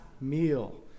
meal